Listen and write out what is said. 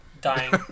dying